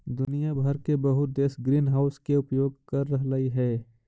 दुनिया भर के बहुत देश ग्रीनहाउस के उपयोग कर रहलई हे